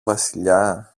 βασιλιά